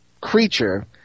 creature